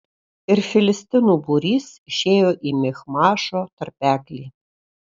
ir filistinų būrys išėjo į michmašo tarpeklį